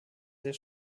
sehr